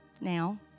now